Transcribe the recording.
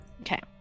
Okay